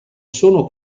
sono